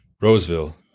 Roseville